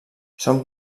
són